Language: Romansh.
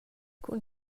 cun